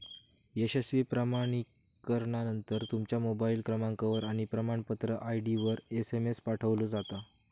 यशस्वी प्रमाणीकरणानंतर, तुमच्या मोबाईल क्रमांकावर आणि प्रमाणपत्र आय.डीवर एसएमएस पाठवलो जाता